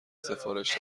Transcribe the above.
سفارش